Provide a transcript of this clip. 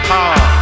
Power